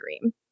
dream